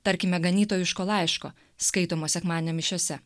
tarkime ganytojiško laiško skaitomo sekmadienio mišiose